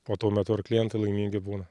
o tuo metu ir klientai laimingi būna